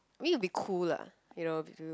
mean it will be cool lah you know to do